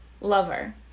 Lover